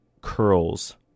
curls